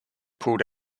pulled